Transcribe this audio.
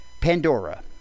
Pandora